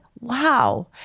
wow